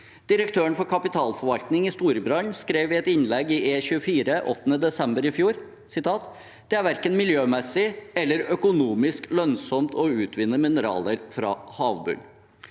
Konserndirektøren for kapitalforvaltning i Storebrand skrev i et innlegg i E24 8. desember i fjor: «Det er verken miljømessig eller økonomisk lønnsomt å utvinne mineraler fra havbunnen.»